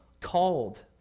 called